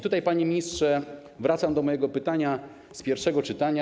Tutaj, panie ministrze, wracam do mojego pytania z pierwszego czytania.